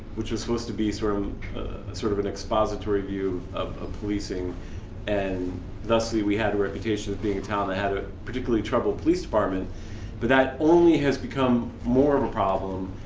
which was supposed to be sort of sort of an expository view of of policing and thusly, we had a reputation of being a town that had a particularly troubled police department but that only has become more of a problem,